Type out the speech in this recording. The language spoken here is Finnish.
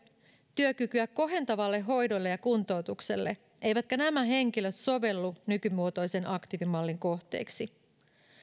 työkykyä kohentavalle hoidolle ja kuntoutukselle eivätkä nämä henkilöt sovellu nykymuotoisen aktiivimallin kohteeksi